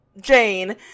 Jane